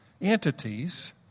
entities